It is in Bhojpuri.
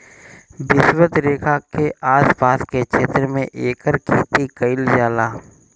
विषवत रेखा के आस पास के क्षेत्र में एकर खेती कईल जाला